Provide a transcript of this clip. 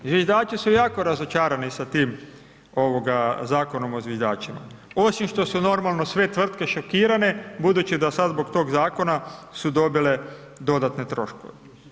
Zviždači su jako razočarani sa tim zakonom o zviždačima osim što su normalno sve tvrtke šokirane, budući da sad zbog tog zakona su dobile dodatne troškove.